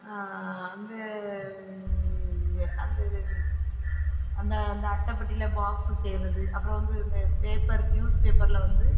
அந்த இது அந்த இது அந்த அந்த அட்டை பெட்டியில் பாக்ஸு செய்கிறது அப்புறம் வந்து இந்த பேப்பர் நியூஸ் பேப்பரில் வந்து